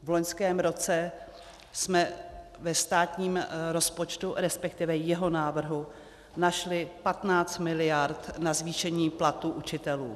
V loňském roce jsme ve státním rozpočtu, resp. jeho návrhu našli 15 mld. na zvýšení platů učitelů.